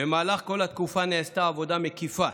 במהלך כל התקופה נעשתה עבודה מקיפה